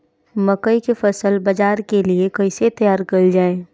मकई के फसल बाजार के लिए कइसे तैयार कईले जाए?